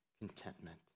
contentment